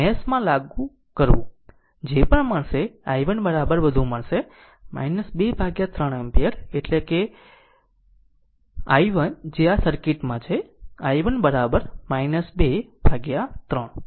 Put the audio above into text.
અને તેને મેશ માં તે લાગુ કરવું જે પણ મળશે i1 વધુ મળશે 2 ભાગ્યા 3 એમ્પીયર એટલે કે i1 જે આ સર્કિટ માં છે i1 2 ભાગ્યા 3